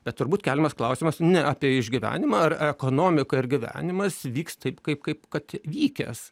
bet turbūt keliamas klausimas ne apie išgyvenimą ar ekonomiką ir gyvenimas vyks taip kaip kaip kad vykęs